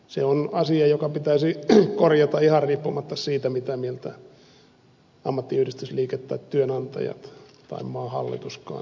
se on asia joka pitäisi korjata ihan riippumatta siitä mitä mieltä ammattiyhdistysliike tai työnantajat tai maan hallituskaan asiasta on